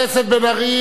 חבר הכנסת בן-ארי,